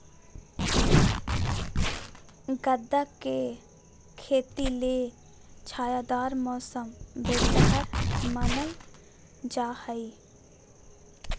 गदा के खेती ले छायादार मौसम बेहतर मानल जा हय